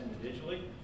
individually